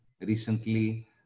recently